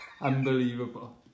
Unbelievable